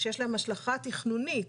שיש להן השלכה תכנונית,